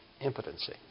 impotency